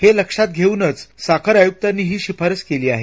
हे लक्षात घेऊनच साखर आयक्तांनी ही शिफारस केली आहे